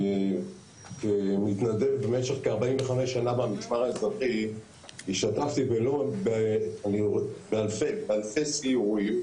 כמתנדב במשך כ-45 במשמר האזרחי השתתפתי בלוד באלפי סיורים